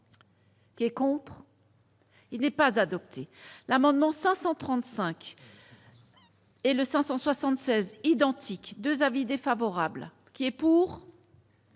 Qui est contre. Il n'est pas adopté l'amendement 535 et le 576 identique, 2 avis défavorables qui est pour.